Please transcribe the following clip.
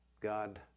God